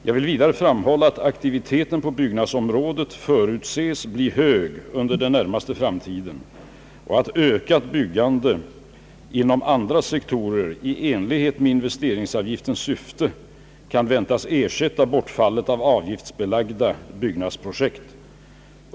Jag vill vidare framhålla att aktiviteten på byggnadsområdet förutses bli hög under den närmaste framtiden och att ökat byggande inom andra sektorer, i enlighet med investeringsavgiftens syfte, kan väntas ersätta bortfallet av avgiftsbelagda byggnasprojekt.